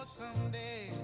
someday